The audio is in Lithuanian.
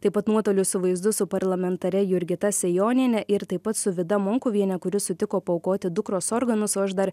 taip pat nuotoliu su vaizdu su parlamentare jurgita sejoniene ir taip pat su vida monkuviene kuri sutiko paaukoti dukros organus o aš dar